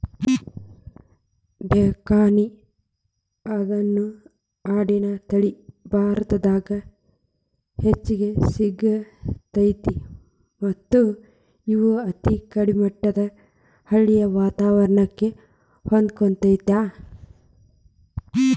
ಡೆಕ್ಕನಿ ಅನ್ನೋ ಆಡಿನ ತಳಿ ಭಾರತದಾಗ್ ಹೆಚ್ಚ್ ಸಿಗ್ತೇತಿ ಮತ್ತ್ ಇವು ಅತಿ ಕೆಳಮಟ್ಟದ ಹಳ್ಳಿ ವಾತವರಣಕ್ಕ ಹೊಂದ್ಕೊತಾವ